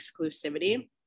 exclusivity